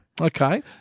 Okay